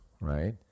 right